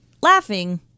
laughing